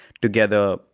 together